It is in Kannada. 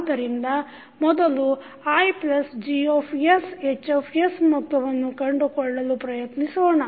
ಆದ್ದರಿಂದ ಮೊದಲು IGsHs ಮೊತ್ತವನ್ನು ಕಂಡುಕೊಳ್ಳಲು ಪ್ರಯತ್ನಿಸೋಣ